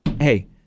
hey